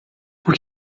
por